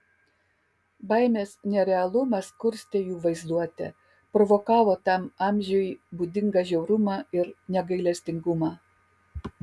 baimės nerealumas kurstė jų vaizduotę provokavo tam amžiui būdingą žiaurumą ir negailestingumą